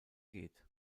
geht